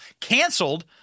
canceled